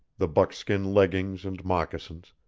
the buckskin leggings and moccasins,